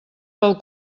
pel